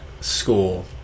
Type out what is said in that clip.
school